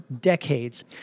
decades